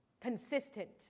Consistent